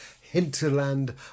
Hinterland